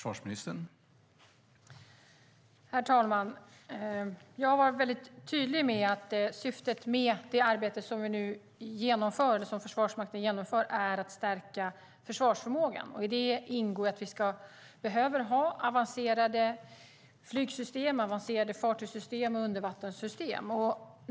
Herr talman! Jag har varit väldigt tydlig med att syftet med det arbete som Försvarsmakten nu genomför är att stärka försvarsförmågan. I det ingår att vi behöver ha avancerade flygsystem, fartygssystem och undervattenssystem.